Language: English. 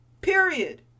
Period